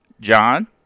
John